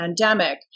pandemic